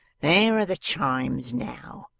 there are the chimes now,